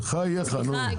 בחייך, נו.